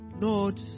Lord